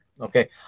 Okay